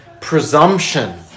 presumption